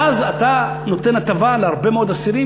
אז אתה נותן הטבה להרבה מאוד אסירים,